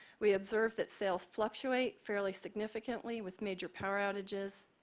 we observed that sales fluctuate fairly significantly with major power outages.